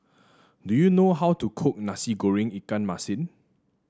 do you know how to cook Nasi Goreng Ikan Masin